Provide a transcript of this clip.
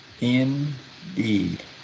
Indeed